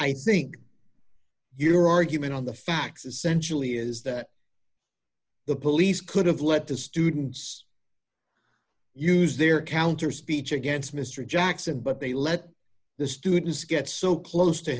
i think your argument on the facts essentially is that the police could have let the students use their counter speech against mr jackson but they let the students get so close to